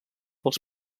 als